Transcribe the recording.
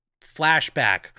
flashback